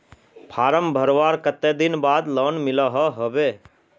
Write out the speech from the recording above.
Form भरवार कते दिन बाद लोन मिलोहो होबे?